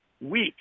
weak